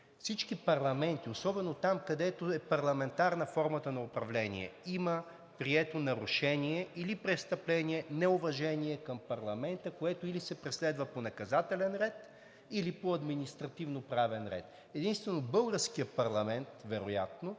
всички парламенти, особено там, където е парламентарна формата на управление, има прието нарушение или престъпление „неуважение към парламента“, което или се преследва по наказателен ред, или по административноправен ред. Единствено българският парламент вероятно